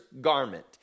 garment